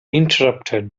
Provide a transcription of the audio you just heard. interrupted